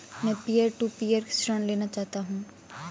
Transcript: मैं peer to peer ऋण लेना चाहता हूँ